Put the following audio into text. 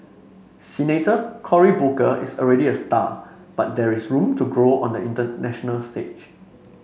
Senator Cory Booker is already a star but there is room to grow on the national stage